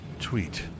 tweet